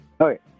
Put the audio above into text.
Okay